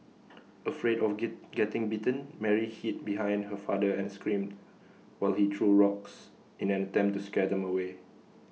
afraid of get getting bitten Mary hid behind her father and screamed while he threw rocks in an attempt to scare them away